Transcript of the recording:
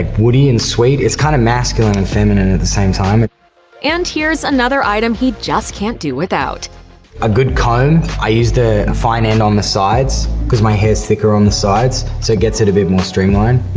ah woody and sweet. it's kind of masculine and feminine at the same time. and here's another item he just can't do without a good comb. i use the fine end on the sides. because my hair's thicker on the sides. so it gets it a bit more streamlined,